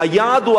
היעד הוא